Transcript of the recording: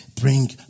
bring